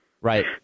Right